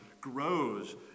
grows